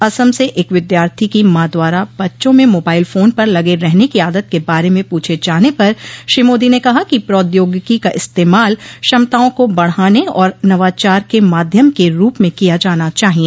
असम से एक विद्यार्थी की मां द्वारा बच्चों में मोबाइल फोन पर लगे रहने की आदत के बारे में पूछे जाने पर श्री मोदी ने कहा कि प्रौद्योगिकी का इस्तेमाल क्षमताओं को बढ़ाने और नवाचार के माध्यम के रूप म किया जाना चाहिए